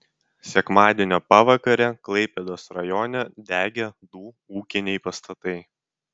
sekmadienio pavakarę klaipėdos rajone degė du ūkiniai pastatai